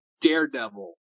Daredevil